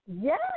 yes